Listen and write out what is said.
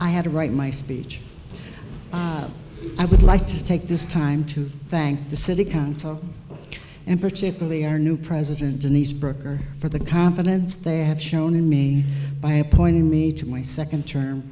i had to write my speech i would like to take this time to thank the city council and particularly our new president and these brooker for the confidence they have shown in me by appointing me to my second term